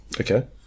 Okay